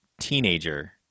teenager